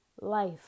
life